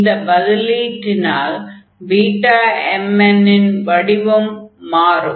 இந்த பதிலீட்டினால் Bmn இன் வடிவம் மாறும்